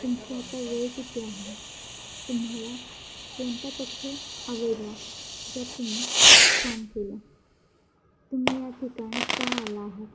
तुमचे आता वय किती आहे तुम्हाला कोणता पक्ष आवडला ज्यात तुम्ही काम केलं तुम्ही या ठिकाणी का आला आहात